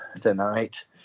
tonight